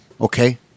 Okay